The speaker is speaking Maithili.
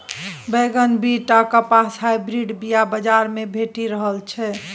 बैगन, बीट आ कपासक हाइब्रिड बीया बजार मे भेटि रहल छै